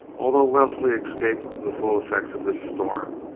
although wellesley escaped the full effects of this storm,